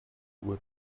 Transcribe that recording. uhr